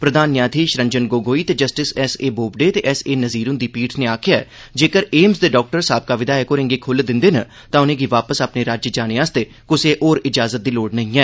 प्रधान न्यायाधीश रंजन गोगोई ते जस्टिस एस ए बोबडे ते एस ए नज़ीर हुंदी पीठ नै आखेआ ऐ जेगर एम्स दे डाक्टर साबका विधायक होरें'गी खुल्ल दिंदे न तां उनें'गी वापस अपने राज्य जाने आस्तै कुसै होर इजाजत दी लोड़ नेईं ऐ